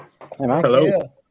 Hello